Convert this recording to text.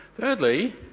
Thirdly